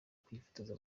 kwifotoza